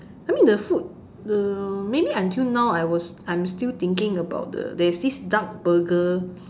I mean the food the maybe until now I was I am still thinking about the there is this duck burger